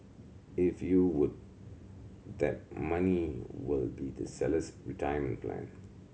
if you would that money will be the seller's retirement plan